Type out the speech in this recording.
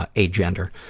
ah, agender.